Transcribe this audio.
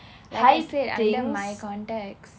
that's under my context